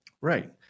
Right